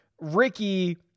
Ricky